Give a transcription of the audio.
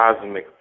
cosmic